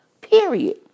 period